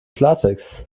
klartext